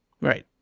Right